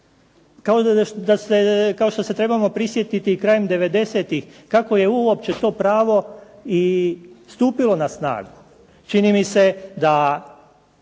kao što se trebamo prisjetiti i krajem devedesetih kako je uopće to pravo i stupilo na snagu. Čini mi se da